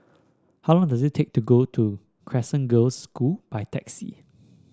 how long does it take to go to Crescent Girls' School by taxi